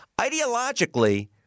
Ideologically